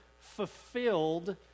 Fulfilled